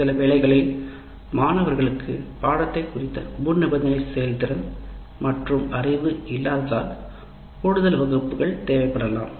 சில வேளைகளில் மாணவர்களுக்கு பாடத்தை குறித்த தெளிவு தெளிவு ஏற்படாததால் கூடுதல் வகுப்புகள் தேவைப்படலாம்